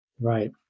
Right